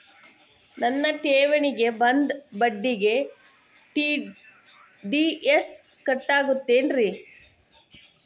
ನನ್ನ ಠೇವಣಿಗೆ ಬಂದ ಬಡ್ಡಿಗೆ ಟಿ.ಡಿ.ಎಸ್ ಕಟ್ಟಾಗುತ್ತೇನ್ರೇ?